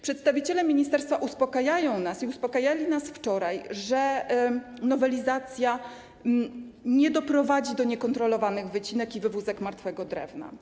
Przedstawiciele ministerstwa uspokajają nas i uspokajali nas wczoraj, że nowelizacja nie doprowadzi do niekontrolowanych wycinek i wywózek martwego drewna.